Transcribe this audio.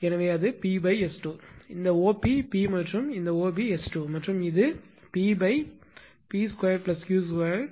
எனவே அது 𝑃𝑆2 இந்த OP P மற்றும் இது OB இந்த 𝑆2